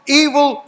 evil